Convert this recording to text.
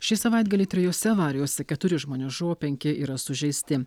šį savaitgalį trijose avarijose keturi žmonės žuvo penki yra sužeisti